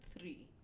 three